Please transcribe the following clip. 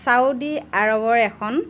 Saudi আৰবৰ এখন